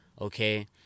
okay